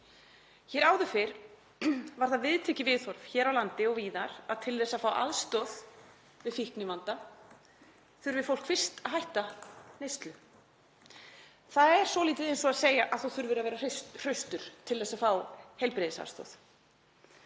Hér áður fyrr var það viðtekið viðhorf hér á landi og víðar að til þess að fá aðstoð við fíknivanda þurfi fólk fyrst að hætta neyslu. Það er svolítið eins og að segja að þú þurfir að vera hraustur til að fá heilbrigðisaðstoð.